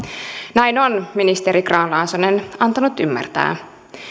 näin on ministeri grahn laasonen antanut ymmärtää